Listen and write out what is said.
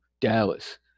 Dallas